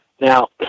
Now